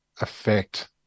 affect